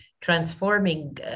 transforming